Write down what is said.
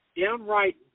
downright